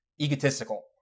egotistical